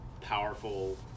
powerful